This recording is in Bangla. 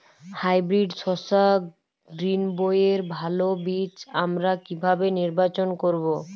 হাইব্রিড শসা গ্রীনবইয়ের ভালো বীজ আমরা কিভাবে নির্বাচন করব?